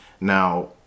Now